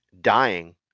dying